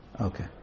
Okay